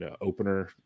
opener